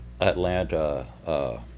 Atlanta